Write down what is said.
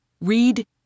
Read